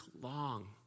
long